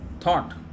thought